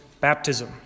baptism